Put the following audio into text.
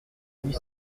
huit